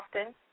often